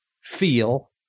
feel